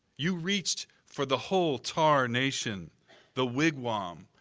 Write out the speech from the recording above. you reached for the whole tar nation the wigwam,